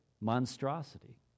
monstrosity